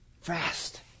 Fast